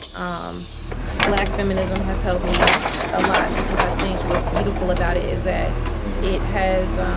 um black feminism has helped me a lot. because i think what's beautiful about it is that it has